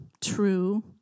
true